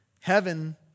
Heaven